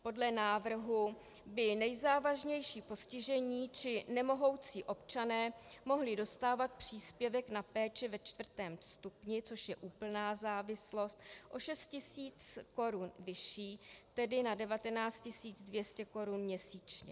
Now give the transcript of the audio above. Podle návrhu by nejzávažněji postižení či nemohoucí občané mohli dostávat příspěvek na péči ve čtvrtém stupni, což je úplná závislost, o 6 tisíc korun vyšší, tedy na 19 200 korun měsíčně.